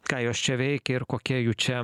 ką jos čia veikė ir kokia jų čia